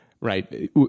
right